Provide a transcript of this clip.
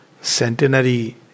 centenary